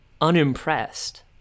unimpressed